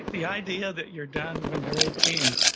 the idea that you're done when they're eighteen,